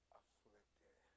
afflicted